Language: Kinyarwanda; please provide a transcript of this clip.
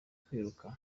kwiruka